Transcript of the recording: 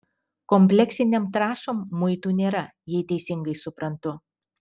kompleksinėm trąšom muitų nėra jei teisingai suprantu